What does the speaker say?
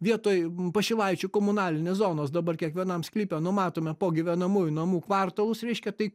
vietoj pašilaičių komunalinės zonos dabar kiekvienam sklype numatome po gyvenamųjų namų kvartalus reiškia tai